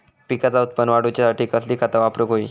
पिकाचा उत्पन वाढवूच्यासाठी कसली खता वापरूक होई?